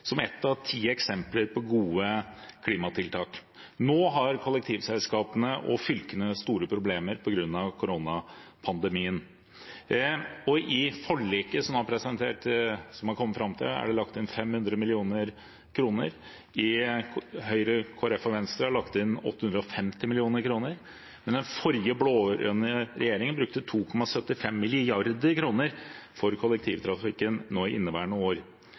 som ett av ti eksempler på gode klimatiltak. Nå har kollektivselskapene og fylkene store problemer på grunn av koronapandemien. I forliket som er presentert, som man har kommet fram til, er det lagt inn 500 mill. kr. Høyre, Kristelig Folkeparti og Venstre har lagt inn 850 mill. kr, men den forrige blå-grønne regjeringen brukte 2,75 mrd. kr til kollektivtrafikken i inneværende år.